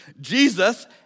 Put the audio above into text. Jesus